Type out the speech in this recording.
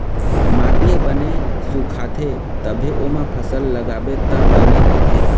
माटी ह बने सुखाथे तभे ओमा फसल लगाबे त बने होथे